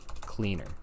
cleaner